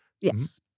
yes